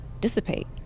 dissipate